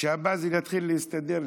שהבאזז יתחיל להסתדר לפחות,